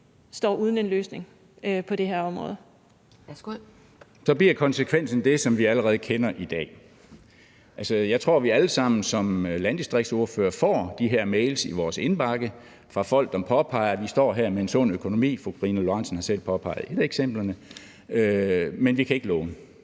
Kl. 13:40 Henning Hyllested (EL): Så bliver konsekvensen det, som vi allerede kender i dag. Altså, jeg tror, vi alle sammen som landdistriktsordførere får de her mails i vores indbakke fra folk, som påpeger, at de her står med en sund økonomi – fru Karina Lorentzen har selv påpeget et af eksemplerne – men de kan ikke låne.